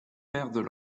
perdent